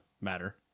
matter